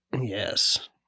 Yes